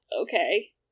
okay